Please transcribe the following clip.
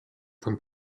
from